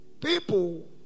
people